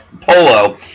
polo